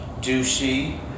douchey